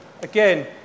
again